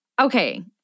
okay